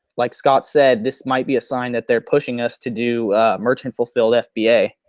like scott said, this might be a sign that they're pushing us to do merchant fulfilled fba.